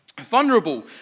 Vulnerable